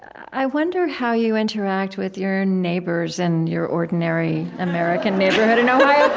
i wonder how you interact with your neighbors and your ordinary american neighborhood in ohio